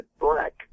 black